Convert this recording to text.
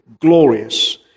glorious